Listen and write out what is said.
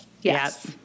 Yes